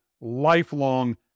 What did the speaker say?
lifelong